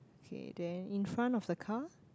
okay then in front of the car